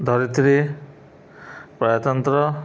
ଧରିତ୍ରୀ ପ୍ରଜାତନ୍ତ୍ର